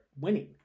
winning